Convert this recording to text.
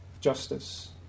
justice